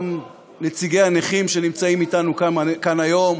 גם נציגי הנכים שנמצאים אתנו כאן היום,